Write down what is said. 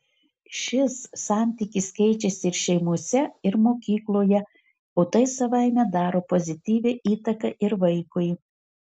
šis santykis keičiasi ir šeimose ir mokykloje o tai savaime daro pozityvią įtaką ir vaikui